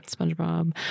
Spongebob